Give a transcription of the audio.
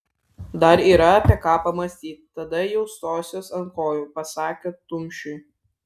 dar yra apie ką pamąstyt tada jau stosiuos ant kojų pasakė tumšiui